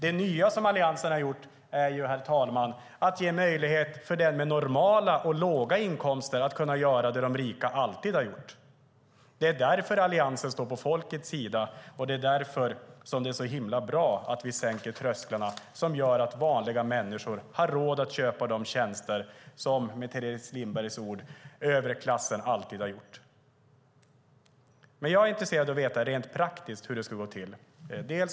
Det nya som Alliansen har gjort är att ge den med normal och låg inkomst möjlighet att göra det som de rika alltid har gjort. Därför står Alliansen på folkets sida, och det är därför som det är bra att vi sänker trösklarna så att vanliga människor har råd att köpa de tjänster som överklassen alltid har gjort, för att använda Teres Lindbergs ord. Jag är dock intresserad av att veta hur det ska gå till rent praktiskt.